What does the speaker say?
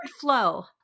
flow